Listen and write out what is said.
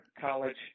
college